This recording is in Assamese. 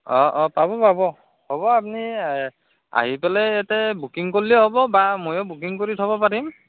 অঁ অঁ পাব পাব হ'ব আপুনি আহি পেলাই ইয়াতে বুকিং কৰিলে হ'ব বা ময়ো বুকিং কৰি থ'ব পাৰিম